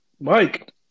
Mike